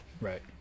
Right